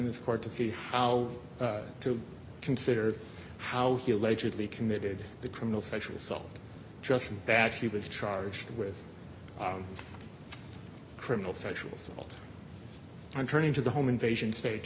this court to see how to consider how he allegedly committed the criminal sexual assault just that he was charged with criminal sexual assault on turning to the home invasion sta